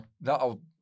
that'll